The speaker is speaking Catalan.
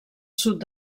sud